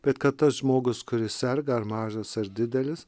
bet kad tas žmogus kuris serga ar mažas ar didelis